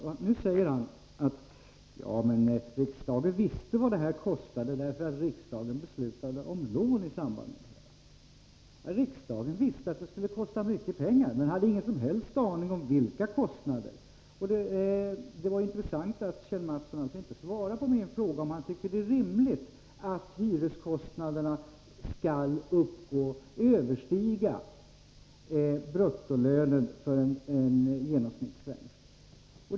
Kjell Mattsson säger att riksdagen visste vad detta kostade, eftersom riksdagen beslutade om lån i det sammanhanget. Riksdagen visste att det skulle kosta mycket pengar, men hade ingen som helst aning om vilka kostnader det var fråga om. Det var intressant att Kjell Mattsson inte svarade på min fråga om han tycker att det är rimligt att hyreskostnaderna skall överstiga bruttolönen för en genomsnittssvensk.